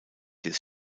des